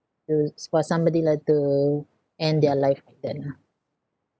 to s~ for somebody like to end their life like that lah